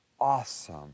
awesome